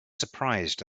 surprised